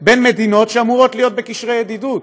בין מדינות שאמורות להיות בקשרי ידידות,